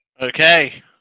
Okay